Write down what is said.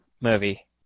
movie